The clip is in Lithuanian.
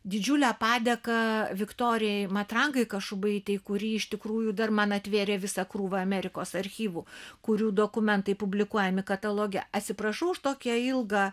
didžiulę padėką viktorijai matrangai kašubaitei kuri iš tikrųjų dar man atvėrė visą krūvą amerikos archyvų kurių dokumentai publikuojami kataloge atsiprašau už tokia ilgą